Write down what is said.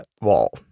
wall